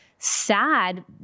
sad